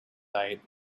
night